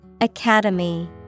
Academy